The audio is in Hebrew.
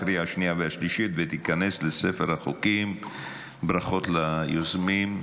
תשעה בעד, אין מתנגדים, אין נמנעים.